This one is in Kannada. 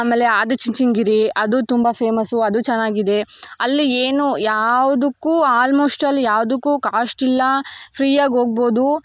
ಆಮೇಲೆ ಆದಿಚುಂಚನಗಿರಿ ಅದು ತುಂಬ ಫೇಮಸ್ಸು ಅದು ಚೆನ್ನಾಗಿದೆ ಅಲ್ಲಿ ಏನು ಯಾವುದಕ್ಕೂ ಆಲ್ಮೋಸ್ಟ್ ಅಲ್ಲಿ ಯಾವುದಕ್ಕೂ ಕಾಸ್ಟಿಲ್ಲ ಫ್ರೀಯಾಗಿ ಹೋಗ್ಬೋದು